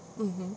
mm hmm